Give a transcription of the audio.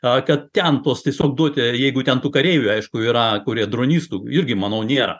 kad ten tuos tiesiog duoti jeigu ten tų kareivių aišku yra kurie dronistų irgi manau nėra